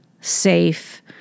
safe